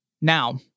Now